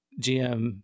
GM